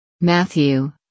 Matthew